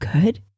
good